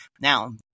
Now